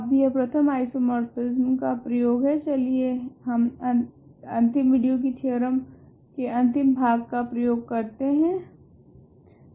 अब यह प्रथम आइसोमोर्फिसम थेओरेम का प्रयोग है चलिए हम अंतिम विडियो की थेओरेम के अंतिम भाग का प्रयोग करते है